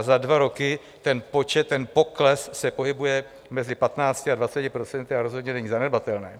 Za dva roky ten počet, ten pokles se pohybuje mezi 15 a 20 % a rozhodně není zanedbatelný.